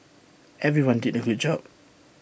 everyone did A good job